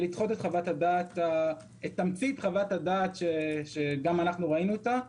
ולדחות את תמצית חוות הדעת שגם אנחנו ראינו אותה,